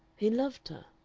he loved her.